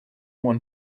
one